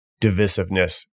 divisiveness